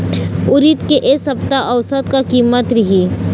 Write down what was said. उरीद के ए सप्ता औसत का कीमत रिही?